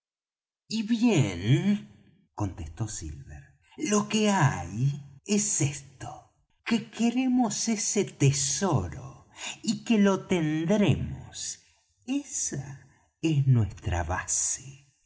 y bien contestó silver lo que hay es esto que queremos ese tesoro y que lo tendremos esa es nuestra base